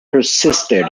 persisted